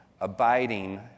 abiding